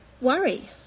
worry